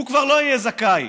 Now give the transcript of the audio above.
הוא כבר לא יהיה זכאי